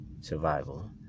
survival